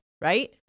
right